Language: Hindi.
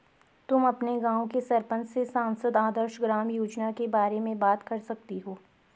तुम अपने गाँव के सरपंच से सांसद आदर्श ग्राम योजना के बारे में बात कर सकती हो